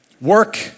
Work